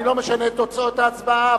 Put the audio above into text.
אני לא משנה את תוצאות ההצבעה,